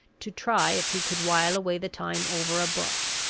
to try if he could while away the time over a book.